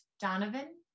Donovan